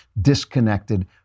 disconnected